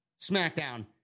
SmackDown